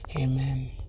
amen